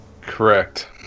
Correct